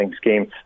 scheme